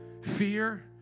fear